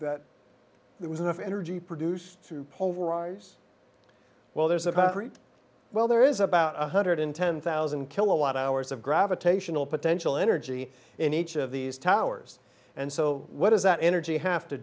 that there was enough energy produced to pulverize well there's a path well there is about one hundred in ten thousand kilowatt hours of gravitational potential energy in each of these towers and so what does that energy have to